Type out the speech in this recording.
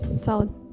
Solid